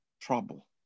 trouble